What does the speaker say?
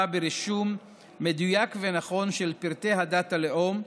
ברישום מדויק ונכון של פרטי הדת והלאום,